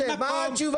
אין מקום,